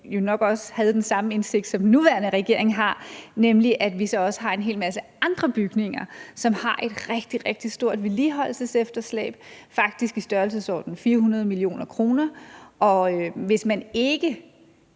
jo nok også havde den samme indsigt, som den nuværende regering har, nemlig at vi så også har en hel masse andre bygninger, som har et rigtig, rigtig stort vedligeholdelsesefterslæb, faktisk i størrelsesordenen 400 mio. kr. Og hvis ikke